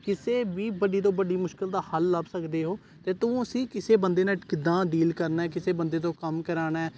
ਕਿਸੇ ਵੀ ਵੱਡੀ ਤੋਂ ਵੱਡੀ ਮੁਸ਼ਕਿਲ ਦਾ ਹੱਲ ਲੱਭ ਸਕਦੇ ਹੋ ਅਤੇ ਤੁਸੀਂ ਕਿਸੇ ਬੰਦੇ ਨਾਲ ਕਿੱਦਾਂ ਡੀਲ ਕਰਨਾ ਕਿਸੇ ਬੰਦੇ ਤੋਂ ਕੰਮ ਕਰਾਉਣਾ